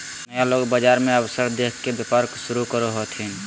नया लोग बाजार मे अवसर देख के व्यापार शुरू करो हथिन